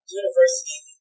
university